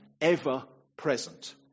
ever-present